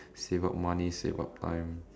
save up money save up time